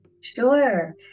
Sure